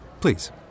Please